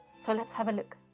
so let's have a look